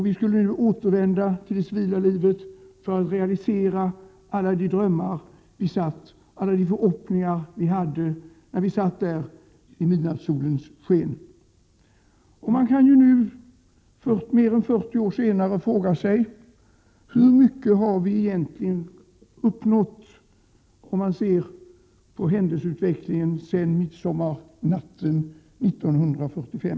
Vi skulle återvända till det civila livet för att realisera alla de drömmar och alla de förhoppningar som vi hade när vi satt där i midnattssolens sken. Nu, mer än 40 år senare, kan man fråga sig: Hur mycket har vi egentligen uppnått, om man ser på händelseutvecklingen sedan midsommarnatten 139 1945?